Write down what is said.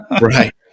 right